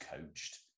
coached